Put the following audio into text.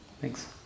Thanks